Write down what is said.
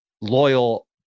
loyal